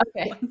okay